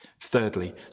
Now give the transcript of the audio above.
Thirdly